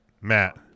Matt